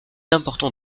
important